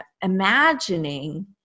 imagining